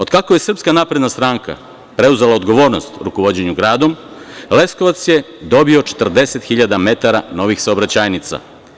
Otkako je SNS preuzela odgovornost rukovođenju gradom Leskovac je dobio 40.000 metara novih saobraćajnica.